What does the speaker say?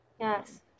Yes